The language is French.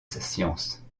science